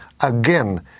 again